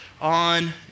On